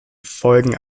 folgen